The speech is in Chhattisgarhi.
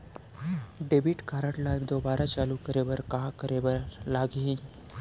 डेबिट कारड ला दोबारा चालू करे बर का करे बर लागही?